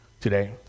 today